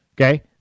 Okay